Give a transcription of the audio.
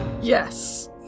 yes